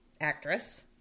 actress